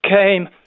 came